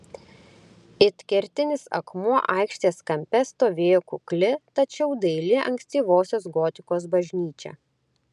it kertinis akmuo aikštės kampe stovėjo kukli tačiau daili ankstyvosios gotikos bažnyčia